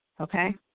Okay